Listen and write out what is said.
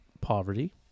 poverty